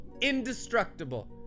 indestructible